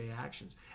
actions